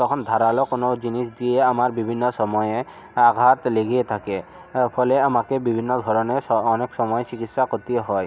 তখন ধারালো কোনো জিনিস দিয়ে আমার বিভিন্ন সময়ে আঘাত লেগে থাকে ফলে আমাকে বিভিন্ন ধরনের স অনেক সময় চিকিৎসা করতে হয়